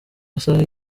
masaha